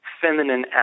feminine